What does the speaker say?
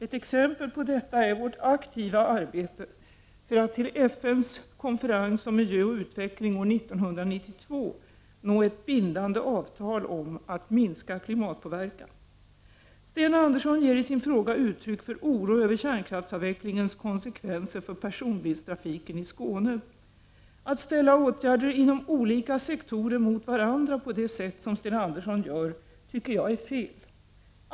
Ett exempel på detta är vårt aktiva arbete för att till FN:s konferens om miljö och utveckling år 1992 nå ett bindande avtal om att minska klimatpåverkan. Sten Andersson ger i sin interpellation uttryck för oro över kärnkraftsavvecklingens konsekvenser för personbilstrafiken i Skåne. Att ställa åtgärder inom olika sektorer mot varandra på det sätt som Sten Andersson gör tycker jag är fel.